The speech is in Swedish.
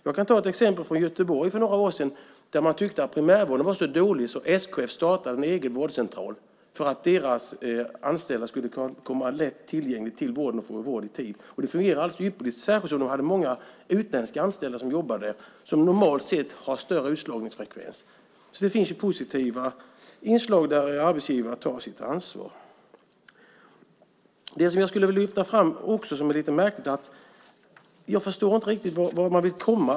Jag kan ta ett exempel från Göteborg för några år sedan, där man tyckte att primärvården var så dålig att SKF startade en egen vårdcentral för att deras anställda skulle ha vården lätt tillgänglig och få vård i tid. Det fungerade alldeles ypperligt, särskilt som de hade många utländska anställda som jobbade, som normalt har större utslagningsfrekvens. Det finns alltså positiva inslag där arbetsgivare tar sitt ansvar. Något som jag också skulle vilja lyfta fram, som är lite märkligt är följande: Jag förstår inte riktigt vart man vill komma.